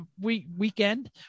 weekend